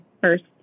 first